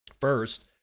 First